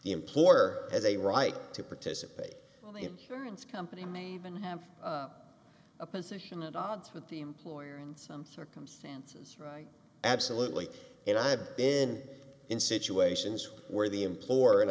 the employer has a right to participate in the insurance company may have been in a position and odds with the employer in some circumstances absolutely and i've been in situations where the employer and